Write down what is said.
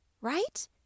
right